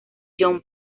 jon